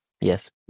yes